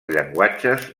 llenguatges